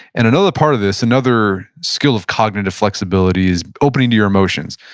and another part of this, another skill of cognitive flexibility is opening to your emotions,